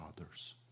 others